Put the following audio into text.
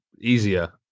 easier